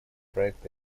проекта